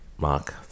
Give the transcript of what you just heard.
Mark